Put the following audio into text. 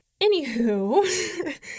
Anywho